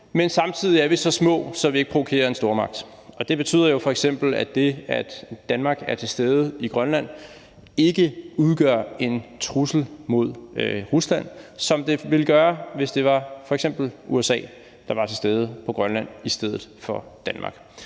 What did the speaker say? men samtidig er vi så små, så vi ikke provokerer en stormagt, og det betyder jo f.eks., at det, at Danmark er til stede i Grønland, ikke udgør en trussel mod Rusland, som det ville gøre, hvis det f.eks. var USA, der var til stede på Grønland i stedet for Danmark.